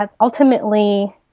ultimately